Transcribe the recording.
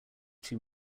too